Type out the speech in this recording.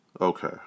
Okay